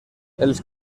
els